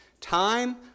time